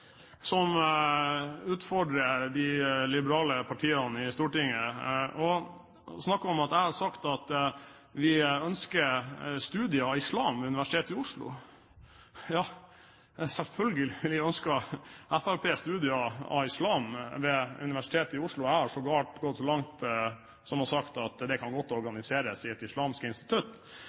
som utfordrer de liberale partiene i Stortinget. Han snakker om at jeg har sagt at vi ønsker studier i islam ved Universitetet i Oslo – ja, selvfølgelig ønsker Fremskrittspartiet studier i islam ved Universitetet i Oslo. Jeg har sågar gått så langt som å si at det godt kan organiseres i et islamsk institutt.